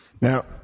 Now